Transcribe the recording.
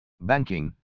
banking